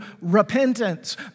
repentance